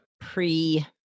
pre